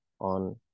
on